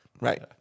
right